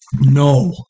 no